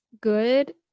good